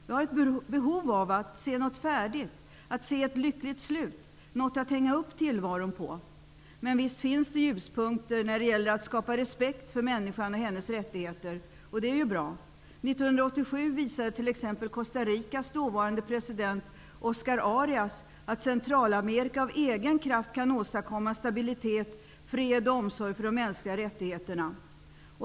Vi har ett behov av att se något färdigt, ett lyckligt slut, något att hänga upp tillvaron på. Visst finns det ljuspunkter i fråga om att skapa respekt för människan och hennes rättigheter. Det är bra. 1987 visade t.ex. Costa Ricas dåvarande president Oscar Arias att Centralamerika av egen kraft kan åstadkomma stabilitet, fred och omsorg för de mänskliga rättigheterna.